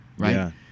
Right